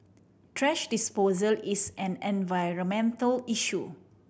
thrash disposal is an environmental issue